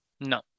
No